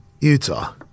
Utah